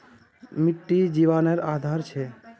मिटटी जिवानेर आधार छे